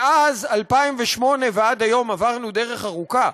מאז 2008 ועד היום עברנו דרך ארוכה.